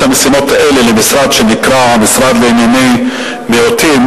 המשימות האלה למשרד שנקרא המשרד לענייני מיעוטים,